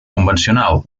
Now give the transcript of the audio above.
convencional